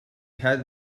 had